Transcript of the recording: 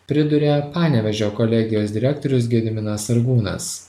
priduria panevėžio kolegijos direktorius gediminas sargūnas